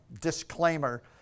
disclaimer